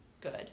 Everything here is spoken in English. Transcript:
good